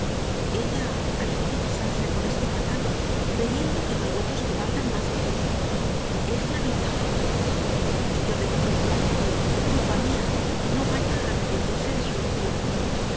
ella ha debido casarse con este patán creyendo que no hay otros que valgan más que él es lamentable y yo debo procurar que por culpa mía no vaya a arrepentirse de su elección